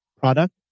product